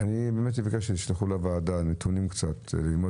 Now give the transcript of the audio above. אני אבקש שישלחו לוועדה קצת נתונים.